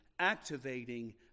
activating